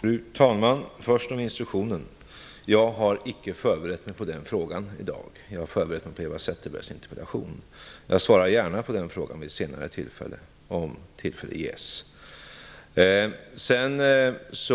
Fru talman! Först skall jag säga att jag icke har förberett mig på frågan om instruktionen i dag. Jag har förberett mig på Eva Zetterbergs interpellation. Jag svarar gärna på den här frågan vid ett senare tillfälle om jag får möjlighet. Det förs